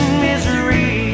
misery